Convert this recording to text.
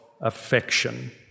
affection